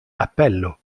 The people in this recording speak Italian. appello